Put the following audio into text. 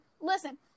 listen